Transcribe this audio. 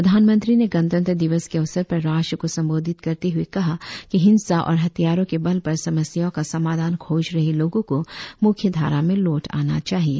प्रधानमंत्री ने गणतंत्र दिवस के अवसर पर राष्ट्र को संबोधित करते हुए कहा कि हिंसा और हथियारों के बल पर समस्याओं का समाधान खोज रहे लोगों को मुख्य धारा में लौट आना चाहिए